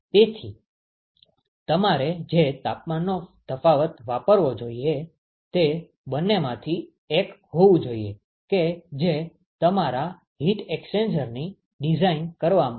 તેથી તમારે જે તાપમાનનો તફાવત વાપરવો જોઈએ તે આ બંનેમાંથી એક હોવું જોઈએ કે જે તમારા હીટ એક્સ્ચેન્જરની ડીઝાઇન કરવામાં મહત્વપૂર્ણ ભૂમિકા ભજવે છે